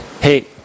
hey